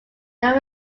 not